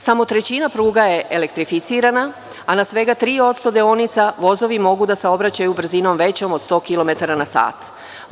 Samo trećina pruga je elektrificirana, a na svega 3% deonica vozovi mogu da saobraćaju brzinom većom od 100 kilometara na sat.